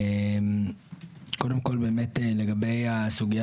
קודם כול לגבי הסוגיה